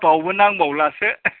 बावबो नांबावलासो